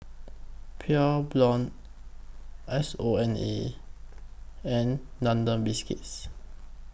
Pure Blonde S O N A and London Biscuits